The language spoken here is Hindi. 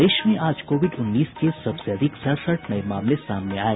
प्रदेश में आज कोविड उन्नीस के सबसे अधिक सड़सठ नये मामले सामने आये